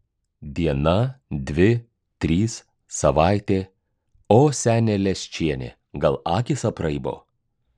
diena dvi trys savaitė o senė leščienė gal akys apraibo